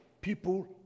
people